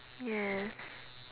yes